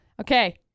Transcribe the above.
okay